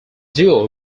duo